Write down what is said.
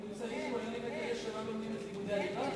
הממוצעים כוללים את אלה שלא לומדים את לימודי הליבה?